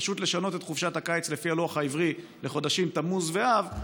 פשוט לשנות את חופשת הקיץ לפי הלוח העברי לחודשים תמוז ואב,